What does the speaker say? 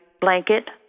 blanket